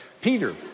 Peter